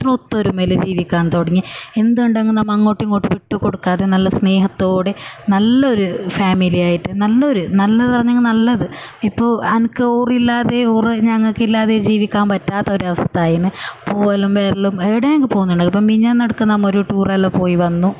ഒത്തൊരുമയിൽ ജീവിക്കാൻ തുടങ്ങി എന്തുണ്ടെങ്കിലും നമ്മൾ അങ്ങോട്ടുമിങ്ങോട്ടും വിട്ടുകൊടുക്കാതെ നല്ല സ്നേഹത്തോടെ നല്ല ഒരു ഫാമിലി ആയിട്ട് നല്ല ഒരു നല്ലത് പറഞ്ഞെങ്കിൽ നല്ലത് ഇപ്പോൾ അനക്ക് ഓറില്ലാതെയും ഓറ് ഞങ്ങക്കില്ലാതെയും ജീവിക്കാൻ പറ്റാത്ത ഒരവസ്ഥായീന് പോകലും വരലും എവിടേലും പോകാനുണ്ടാകും ഇപ്പോൾ മിനിഞ്ഞാന്നിടക്കെല്ലാം നമ്മൾ ഒരു ടൂർ എല്ലാം പോയി വന്നു